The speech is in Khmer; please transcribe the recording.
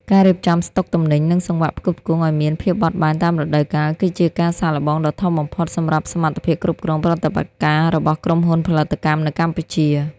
ការរៀបចំស្តុកទំនិញ និងសង្វាក់ផ្គត់ផ្គង់ឱ្យមានភាពបត់បែនតាមរដូវកាល គឺជាការសាកល្បងដ៏ធំបំផុតសម្រាប់សមត្ថភាពគ្រប់គ្រងប្រតិបត្តិការរបស់ក្រុមហ៊ុនផលិតកម្មនៅកម្ពុជា។